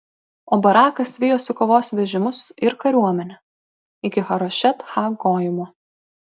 o barakas vijosi kovos vežimus ir kariuomenę iki harošet ha goimo